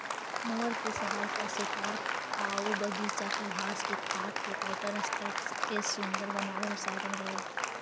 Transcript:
mower के सहायता से पार्क आऊ बागिचा के घास के काट के पर्यटन स्थल के सुन्दर बनावे में सहायता मिलऽ हई